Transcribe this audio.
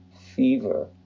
fever